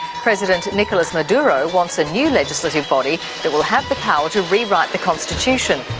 president nicolas maduro wants a new legislative body that will have the power to rewrite the constitution.